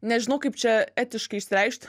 nežinau kaip čia etiškai išsireikšt